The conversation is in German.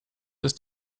ist